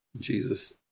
Jesus